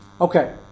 Okay